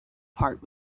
part